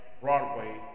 Broadway